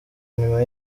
nyuma